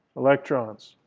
electrons.